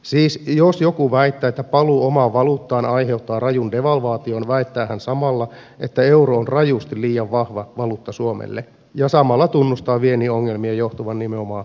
siis jos joku vaikka paluu omaan valuuttaan aiheuttaa rajun devalvaation väittää hän samalla ettei on rajusti liian vahva valuutta suomelle ja samalla tunnustaa viennin ongelmien johtuvan nimenomaan yhteisvaluutasta